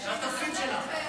זה התפקיד שלה.